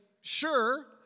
sure